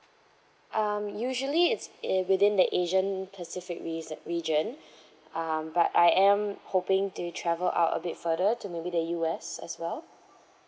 um usually it's eh within the asian pacific reason region um but I am hoping to travel out a bit further to maybe the U_S as well